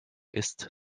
ist